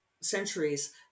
centuries